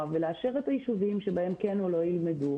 ולאשר את היישובים שבהם כן או לא ילמדו.